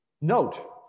Note